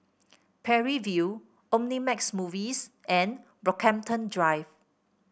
Parry View Omnimax Movies and Brockhampton Drive